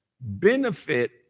benefit